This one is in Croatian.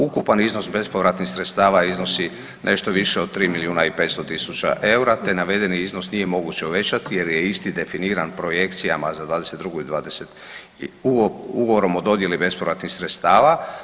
Ukupan iznos bespovratnih sredstava iznosi nešto više od 3 milijuna i 500 tisuća EUR-a te navedeni iznos nije moguće uvećati jer je isti definiran projekcijama za '22. i dvadeset ugovorom o dodjeli bespovratnih sredstava.